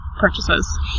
purchases